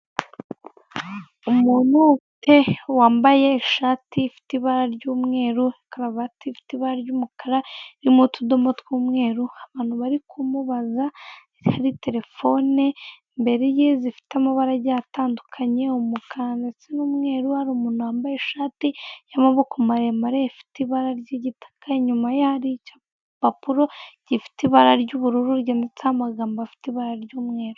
Umuntu wambaye ishati ifite ibara ry'umweru, karuvati ifite ibara ry'umukara ririmo utudomo tw'umweru, abantu bari kumubaza hari telefone imbere ye zifite amabara atandukanye umukara ndetse n'umweru hari umuntu wambaye ishati y'amaboko maremare ifite ibara ry'igitaka inyuma ye igipapuro gifite ibara ry'ubururu ryanditse n'amagambo afite ibara ry'umweru.